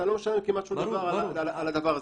אתה לא משלם כמעט שום דבר על הדבר הזה,